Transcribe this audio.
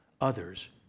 others